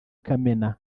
kamena